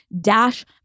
Dash